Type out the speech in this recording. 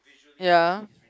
ya